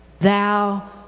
Thou